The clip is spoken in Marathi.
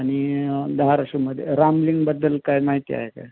आणि धाराशिवमध्ये रामलिंगबद्दल काय माहिती आहे काय